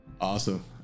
awesome